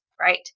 Right